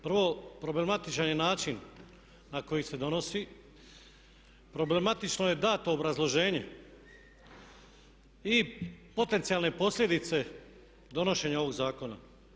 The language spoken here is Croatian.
Prvo, problematičan je način na koji se donosi, problematično je dato obrazloženje i potencijalne posljedice donošenja ovog zakona.